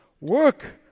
work